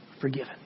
forgiven